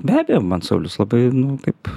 be abejo man saulius labai nu kaip